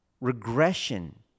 regression